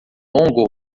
longo